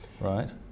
Right